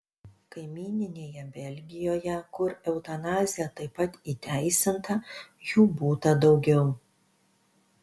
kaimyninėje belgijoje kur eutanazija taip pat įteisinta jų būta daugiau